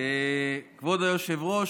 כבוד היושב-ראש,